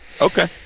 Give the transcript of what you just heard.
okay